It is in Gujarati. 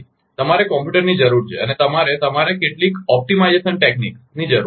તમારે કમ્પ્યુટરની જરૂર છે અને તમારે તમારે કેટલીક ઓપ્ટિમાઇઝેશન તકનીકની જરૂર છે